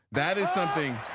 that is something.